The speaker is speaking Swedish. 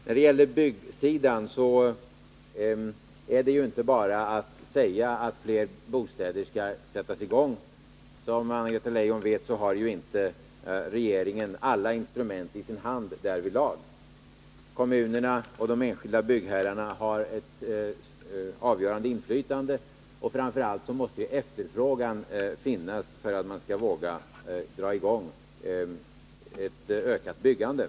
När det gäller byggsidan är det ju inte bara att säga att fler bostäder skall sättas i gång. Som Anna-Greta Leijon vet har ju regeringen inte alla instrument i sin hand därvidlag. Kommunerna och de enskilda byggherrarna har ett avgörande inflytande, och framför allt måste ju efterfrågan finnas för att man skall våga dra i gång ett ökat byggande.